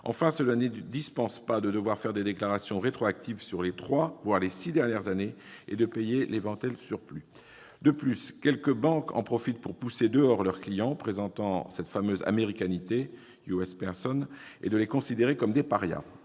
Enfin, cela ne dispense pas de devoir faire des déclarations rétroactives sur les trois, voire les six, dernières années et de payer l'éventuel surplus. De plus, quelques banques profitent de la situation pour pousser dehors leurs clients présentant cette fameuse « américanité » et les traitent comme des parias.